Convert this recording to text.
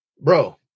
Bro